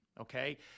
okay